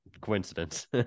Coincidence